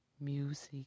Music